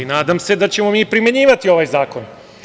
Nadam se da ćemo mi primenjivati ovaj zakon.